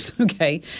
Okay